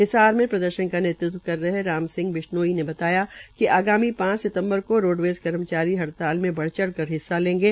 हिसार में प्रदर्शन का नेतृत्व कर रहे राम सिंह बिश्नोई ने कहा कि आगामी पांच सितम्बर को रोडवेज कर्मचारी हड़ताल में बढ़ चढ़ हिस्सा लेंगे